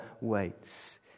waits